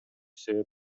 себеп